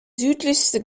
südlichste